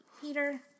Peter